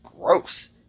gross